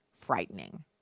frightening